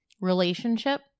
relationship